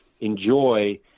enjoy